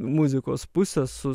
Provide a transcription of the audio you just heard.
muzikos pusę su